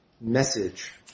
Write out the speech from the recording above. message